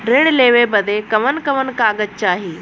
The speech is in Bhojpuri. ऋण लेवे बदे कवन कवन कागज चाही?